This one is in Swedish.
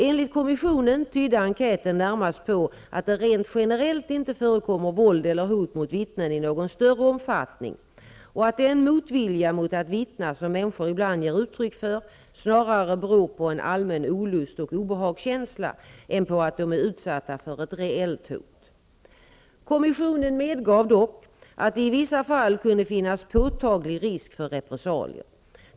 Enligt kommissionen tydde enkäten närmast på att det rent generellt inte förekommer våld eller hot mot vittnen i någon större omfattning och att den motvilja mot att vittna som människor ibland ger uttryck för, snarare beror på en allmän olust och obehagskänsla än på att de är utsatta för ett reellt hot. Kommissionen medgav dock att det i vissa fall kunde finnas påtaglig risk för repressalier.